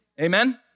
Amen